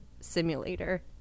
simulator